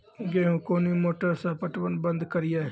गेहूँ कोनी मोटर से पटवन बंद करिए?